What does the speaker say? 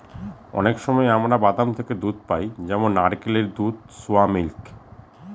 অনেক সময় আমরা বাদাম থেকে দুধ পাই যেমন নারকেলের দুধ, সোয়া মিল্ক